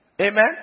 Amen